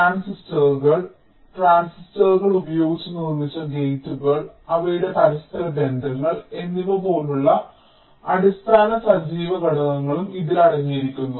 ട്രാൻസിസ്റ്ററുകൾ ട്രാൻസിസ്റ്ററുകൾ ഉപയോഗിച്ച് നിർമ്മിച്ച ഗേറ്റുകൾ അവയുടെ പരസ്പര ബന്ധങ്ങൾ എന്നിവ പോലുള്ള അടിസ്ഥാന സജീവ ഘടകങ്ങളും ഇതിൽ അടങ്ങിയിരിക്കുന്നു